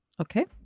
Okay